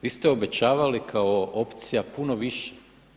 Vi ste obećavali kao opcija puno više.